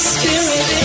Spirit